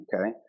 okay